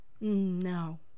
No